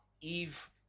Eve